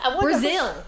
Brazil